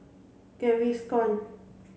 Gaviscon